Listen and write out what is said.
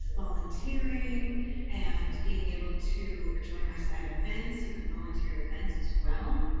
volunteering and being able to join us at events, you can volunteer at events as well.